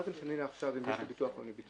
מה זה משנה לי עכשיו אם יש ביטוח או אין ביטוח?